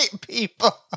people